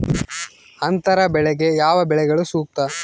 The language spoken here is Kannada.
ಅಂತರ ಬೆಳೆಗೆ ಯಾವ ಬೆಳೆಗಳು ಸೂಕ್ತ?